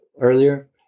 earlier